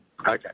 Okay